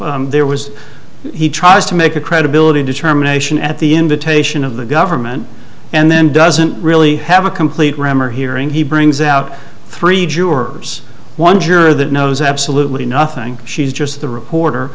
there was he tries to make a credibility determination at the invitation of the government and then doesn't really have a complete rammer hearing he brings out three jurors one juror that knows absolutely nothing she's just the reporter